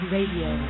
Radio